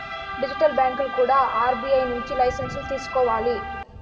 digital బ్యాంకులు కూడా RBI నుంచి లైసెన్సులు తీసుకోవాలి